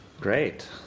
Great